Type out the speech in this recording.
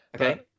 Okay